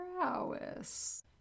prowess